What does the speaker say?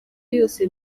yose